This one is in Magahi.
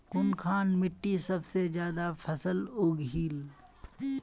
कुनखान मिट्टी सबसे ज्यादा फसल उगहिल?